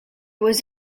was